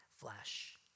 flesh